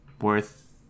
worth